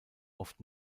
oft